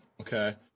okay